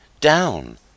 Down